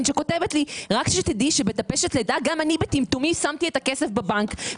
שכותבת לי: רק שתדעי שבטפשת לידה גם אני בטמטומי שמתי את הכסף בבנק,